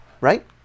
Right